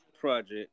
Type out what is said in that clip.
project